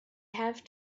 have